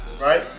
right